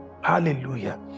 Hallelujah